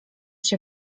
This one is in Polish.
się